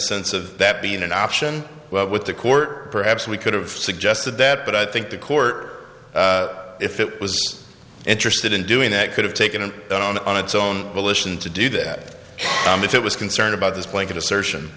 sense of that being an option with the court perhaps we could have suggested that but i think the court if it was interested in doing that could have taken it on its own volition to do that if it was concerned about this blanket assertion